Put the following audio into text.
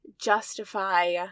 justify